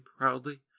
proudly